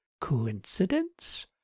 Coincidence